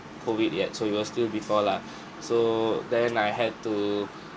COVID yet so it was still before lah so then I had to